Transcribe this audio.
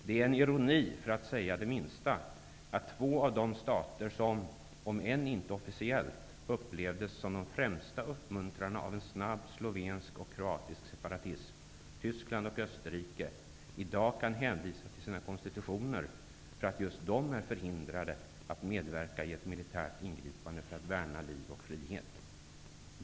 Det är en ironi, för att säga det minsta, att två av de stater som -- om än inte officiellt -- upplevdes som de främsta uppmuntrarna av en snabb slovensk och kroatisk separatism, Tyskland och Österrike, i dag kan hänvisa till sina konstitutioner för att just de är förhindrade att medverka i ett militärt ingripande för att värna liv och frihet.